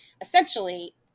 essentially